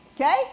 Okay